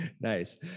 Nice